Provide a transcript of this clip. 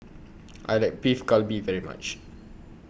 I like Beef Galbi very much